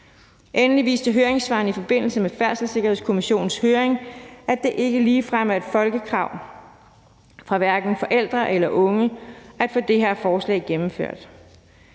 Endelig viste høringssvarene i forbindelse med Færdselssikkerhedskommissionens høring, at det ikke ligefrem er et folkekrav fra hverken forældre eller unge at få det her forslag gennemført.